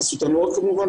חסות הנוער כמובן,